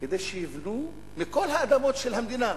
כדי שיבנו, מכל האדמות של המדינה,